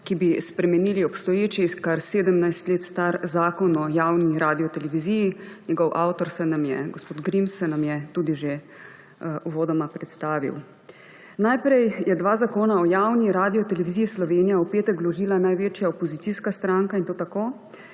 ki bi spremenili obstoječi, kar 17 let star zakon o javni radioteleviziji. Njegov avtor gospod Grims se nam je tudi že uvodoma predstavil. Najprej je dva zakona o javni Radioteleviziji Slovenija v petek vložila največja opozicijska stranka, in to tako,